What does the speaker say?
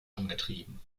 angetrieben